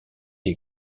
est